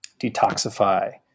detoxify